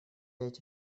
эти